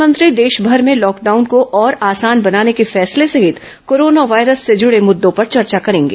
प्रधानमंत्री देशमर में लॉकडाउन को और आसान बनाने के फैसले सहित कोरोना वायरस से जुड़े मुद्दों पर चर्चा करेंगे